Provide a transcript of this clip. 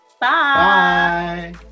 Bye